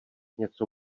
něco